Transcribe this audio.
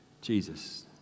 Jesus